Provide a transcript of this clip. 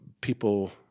people